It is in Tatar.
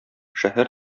шәһәр